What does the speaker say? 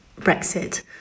Brexit